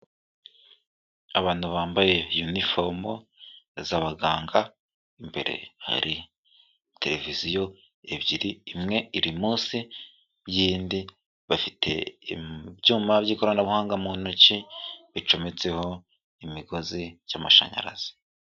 Abantu bambaye yunifomu z'abaganga, imbere hari televiziyo ebyiri, imwe iri munsi y'indi, bafite ibyuma by'ikoranabuhanga mu ntoki bicometseho imigozi y'amashanyarazi.